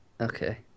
okay